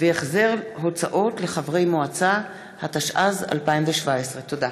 והחזר הוצאות לחברי מועצה), התשע"ז 2017. תודה.